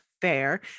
fair